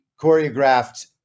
choreographed